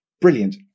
Brilliant